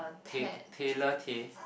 Tay Taylor Tay